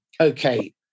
Okay